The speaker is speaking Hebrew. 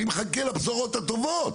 אני מחכה לבשורות הטובות.